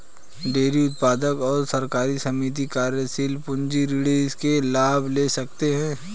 dairy उत्पादक और सहकारी समिति कार्यशील पूंजी ऋण के लाभ ले सकते है